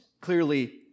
clearly